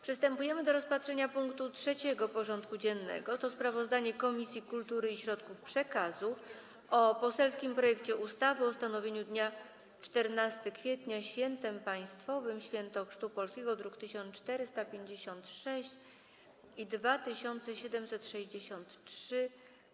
Przystępujemy do rozpatrzenia punktu 3. porządku dziennego: Sprawozdanie Komisji Kultury i Środków Przekazu o poselskim projekcie ustawy o ustanowieniu dnia 14 kwietnia - Świętem Państwowym - „Święto Chrztu Polski” (druki nr 1456 i 2765)